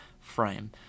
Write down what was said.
frame